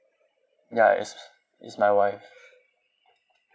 ya it's it's my wife